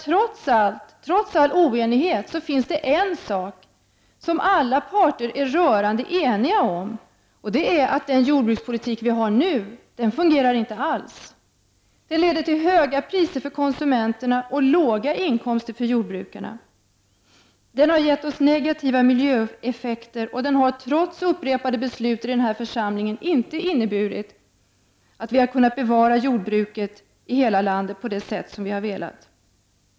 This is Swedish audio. Trots all oenighet finns det en sak som alla parter är rörande eniga om, nämligen att den jordbrukspolitik som vi nu har inte alls fungerar. Den leder till höga priser för konsumenter och låga inkomster för jordbrukare. Den har gett oss negativa miljöeffekter, och den har trots upprepade beslut i denna församling inte inneburit att vi har kunnat bevara jordbruket i hela landet på det sätt som vi hade velat.